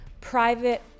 private